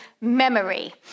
memory